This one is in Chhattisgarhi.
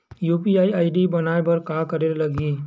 यू.पी.आई आई.डी बनाये बर का करे ल लगही?